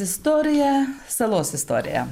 istoriją salos istoriją